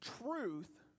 truth